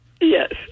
Yes